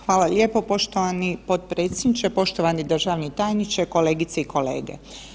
Hvala lijepo poštovani potpredsjedniče, poštovani državni tajniče, kolegice i kolege.